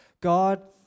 God